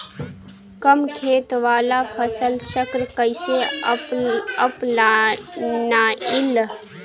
कम खेत वाला फसल चक्र कइसे अपनाइल?